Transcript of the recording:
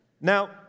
Now